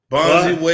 Bonzi